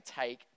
take